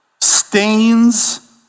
stains